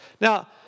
Now